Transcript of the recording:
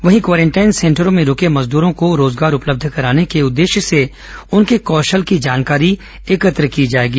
वहीं quarantine centre में रूके मजदूरों को रोजगार उपलब्ध कराने के उद्देश्य से उनके कौशल की जानकारी एकत्र की जाएगी